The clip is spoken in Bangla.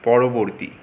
পরবর্তী